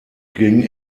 ging